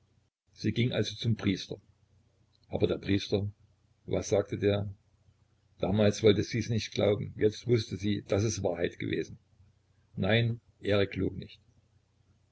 sie ging also zum priester aber der priester was sagte der damals wollte sies nicht glauben jetzt wußte sie daß es wahrheit gewesen nein erik log nicht